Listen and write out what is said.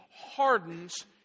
hardens